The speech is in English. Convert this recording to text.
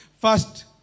first